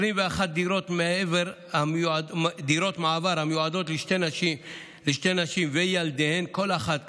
21 דירות מעבר המיועדות לשתי נשים וילדיהן כל אחת,